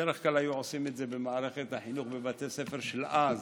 בדרך כלל היו עושים את זה במערכת החינוך בבתי הספר של אז,